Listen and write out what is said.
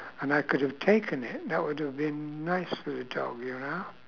and I could have taken it that would have been nice for the dog you know